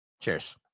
Cheers